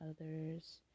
others